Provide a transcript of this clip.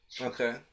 Okay